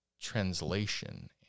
translation